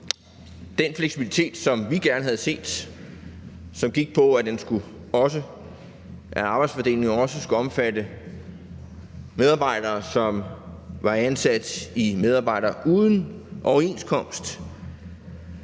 den fleksibilitet, som vi gerne havde set, som gik på, at arbejdsfordelingen også skulle omfatte medarbejdere, som var ansat uden overenskomst,